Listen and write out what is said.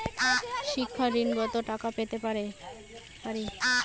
শিক্ষা ঋণ কত টাকা পেতে পারি?